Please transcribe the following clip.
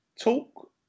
Talk